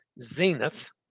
Zenith